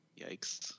Yikes